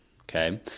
Okay